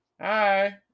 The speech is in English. Hi